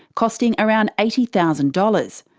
costing around eighty thousand dollars.